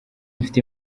mfite